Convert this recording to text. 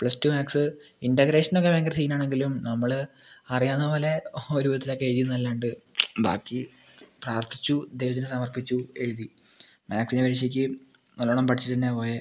plus two maths ഇൻ്റഗ്രേഷനൊക്കെ ഭയങ്കര സീനാണെങ്കിലും നമ്മൾ അറിയാവുന്ന പോലെ ഒരു വിധത്തിലൊക്കെ എഴുതിന്നല്ലാണ്ട് ബാക്കി പ്രാർത്ഥിച്ചു ദൈവത്തിന് സമർപ്പിച്ചു എഴുതി മാത്സിൻ്റെ പരീക്ഷക്ക് നല്ലോണം പഠിച്ചിട്ട് തന്നെയാണ് പോയത്